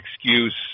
excuse